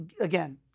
again